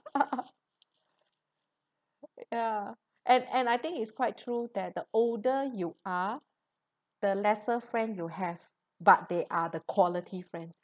ya and and I think it's quite true that the older you are the lesser friends you have but they are the quality friends